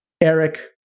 Eric